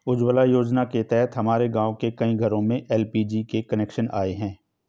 उज्ज्वला योजना के तहत हमारे गाँव के कई घरों में एल.पी.जी के कनेक्शन आए हैं